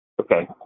Okay